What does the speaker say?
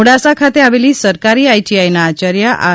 મોડાસા ખાતે આવેલી સરકારી આઈટીઆઈના આચાર્ય આર